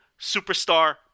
superstar